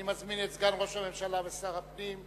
אני מזמין את סגן ראש הממשלה ושר הפנים,